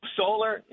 solar